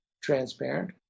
transparent